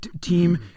team